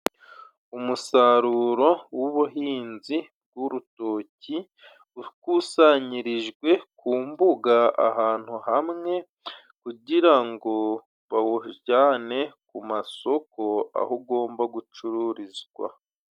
Umusaruro w'ubuhinzi bw'urutoki ukusanyirijwe ku mbuga ahantu hamwe kugira ngo bawujyane ku masoko aho ugomba gucururizwa.